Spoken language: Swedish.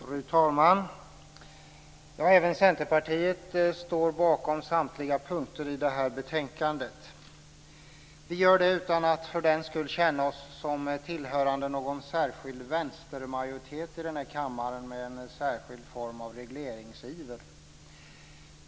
Fru talman! Även Centerpartiet står bakom samtliga punkter i detta betänkande. Vi gör det utan att för den skull känna oss som tillhörande någon särskild vänstermajoritet i denna kammare med en särskild form av regleringsiver.